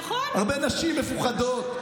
הרבה נשים מפוחדות.